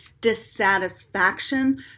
dissatisfaction